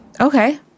Okay